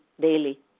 daily